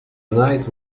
night